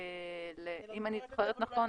אם אני זוכרת נכון,